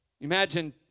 Imagine